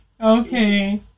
Okay